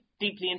deeply